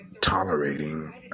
tolerating